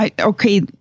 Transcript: Okay